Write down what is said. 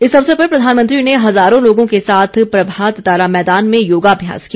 इस अवसर पर प्रधानमंत्री ने हजारों लोगों के साथ प्रभात तारा मैदान में योगाभ्यास किया